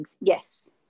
Yes